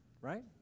right